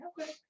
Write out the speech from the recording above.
Okay